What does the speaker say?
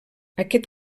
aquest